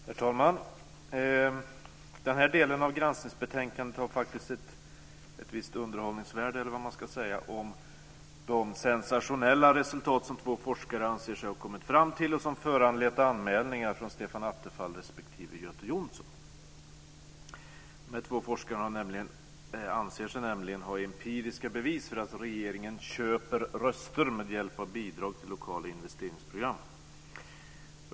Herr talman! Den här delen av granskningsbetänkandet har faktiskt ett visst underhållningsvärde - eller vad man ska säga - om de sensationella resultat som två forskare anser sig ha kommit fram till och som har föranlett anmälningar från Stefan Attefall respektive Göte Jonsson. De två forskarna anser sig nämligen ha empiriska bevis för att regeringen köper röster med hjälp av bidrag till lokala investeringsprogram.